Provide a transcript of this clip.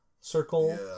circle